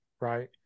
right